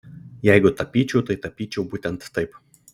jeigu tapyčiau tai tapyčiau būtent taip